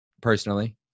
personally